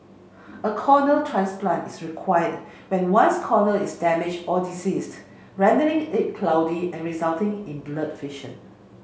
a corneal transplant is required when one's cornea is damaged or diseased rendering it cloudy and resulting in blurred vision